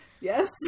yes